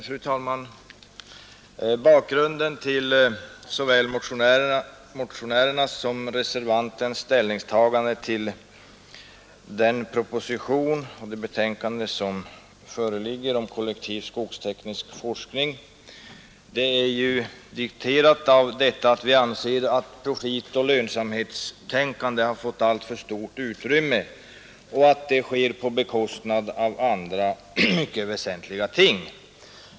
Fru talman! Bakgrunden till såväl motionärernas som reservantens ställningstagande till den proposition och det betänkande som föreligger om stöd till kollektiv skogsteknisk forskning är att vi anser att profitoch lönsamhetstänkandet har fått alltför stort utrymme på bekostnad av andra mycket väsentliga ting.